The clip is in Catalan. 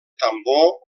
tambor